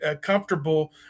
comfortable